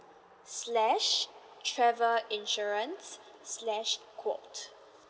slash travel insurance slash quote